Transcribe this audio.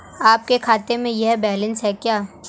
आपके खाते में यह बैलेंस है क्या?